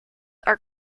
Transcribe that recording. are